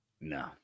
No